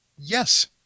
Yes